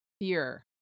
fear